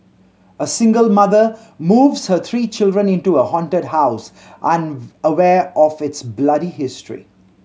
a single mother moves her three children into a haunted house unaware of its bloody history